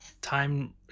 Time